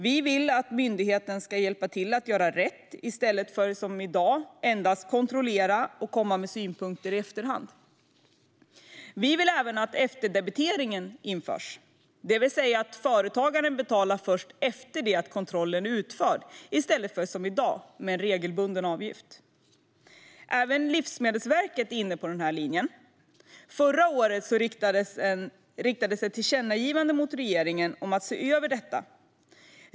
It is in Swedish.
Vi vill att myndigheten ska hjälpa till att göra rätt i stället för att som i dag endast kontrollera och komma med synpunkter i efterhand. Vi vill även att man inför efterdebitering, det vill säga att företagaren betalar först efter det att kontrollen är utförd i stället för att som i dag betala en regelbunden avgift. Även Livsmedelsverket är inne på den linjen. Förra året riktades ett tillkännagivande till regeringen om att se över detta.